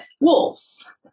wolves